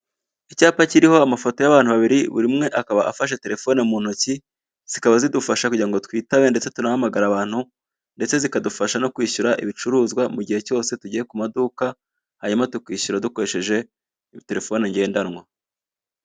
Icyapa kiriho amafoto y'abantu babiri buri umwe akaba afashe telefone mu ntoki, zikaba zidufasha kugira ngo twitabe ndetse turahamagara abantu, ndetse zikadufasha no kwishyura ibicuruzwa mu gihe cyose tugiye ku maduka hanyuma tukishyura dukoresheje iyo telefone ngendanwa.